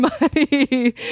money